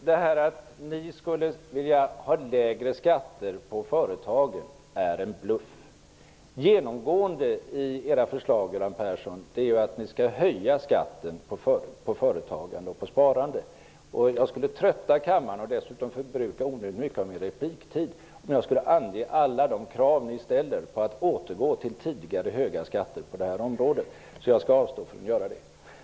Herr talman! Att ni skulle vilja ha lägre skatter för företagen är en bluff. Genomgående i era förslag, Göran Persson, är ju att ni skall höja skatten på företagande och på sparande. Jag skulle trötta kammaren och dessutom förbruka onödigt mycket av min repliktid om jag skulle ange alla de krav som ni ställer på en återgång till de tidigare höga skatterna på detta område. Därför avstår jag från att göra det.